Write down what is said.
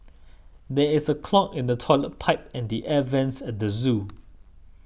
there is a clog in the Toilet Pipe and the Air Vents at the zoo